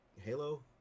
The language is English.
Halo